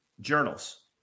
journals